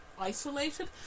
isolated